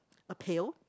a pail